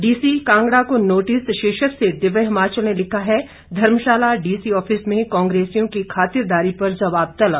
DC Kangra को notice शीर्षक से दिव्य हिमाचल ने लिखा है धर्मशाला डीसी ऑफिस में कांग्रेसियों की खातिरदारी पर जवाब तलब